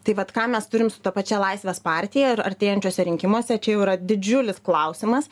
tai vat ką mes turim su ta pačia laisvės partija artėjančiuose rinkimuose čia jau yra didžiulis klausimas